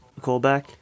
callback